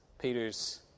Peter's